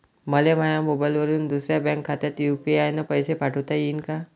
मले माह्या मोबाईलवरून दुसऱ्या बँक खात्यात यू.पी.आय न पैसे पाठोता येईन काय?